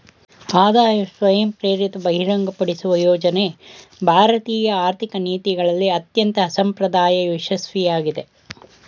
ಆದಾಯ ಸ್ವಯಂಪ್ರೇರಿತ ಬಹಿರಂಗಪಡಿಸುವ ಯೋಜ್ನ ಭಾರತೀಯ ಆರ್ಥಿಕ ನೀತಿಗಳಲ್ಲಿ ಅತ್ಯಂತ ಅಸಂಪ್ರದಾಯ ಯಶಸ್ವಿಯಾಗಿದೆ